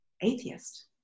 atheist